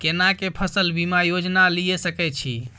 केना के फसल बीमा योजना लीए सके छी?